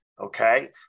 Okay